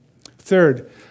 Third